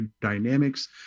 dynamics